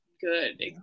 good